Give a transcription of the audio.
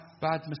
bad